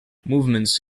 movements